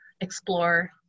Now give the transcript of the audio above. explore